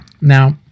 Now